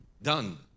Done